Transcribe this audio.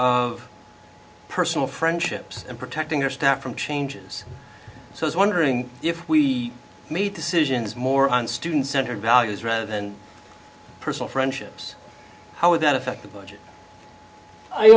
of personal friendships and protecting our staff from changes so it's wondering if we made decisions more on student centered values rather than personal friendships how would that affect the budget i